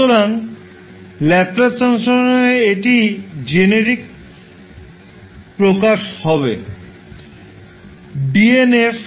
সুতরাং ল্যাপ্লাস ট্রান্সফর্মের এটি জেনেরিক প্রকাশ হবে dnfdtn